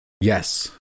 Yes